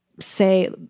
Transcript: Say